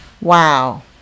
Wow